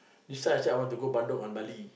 this time I say I want to Bandung or Bali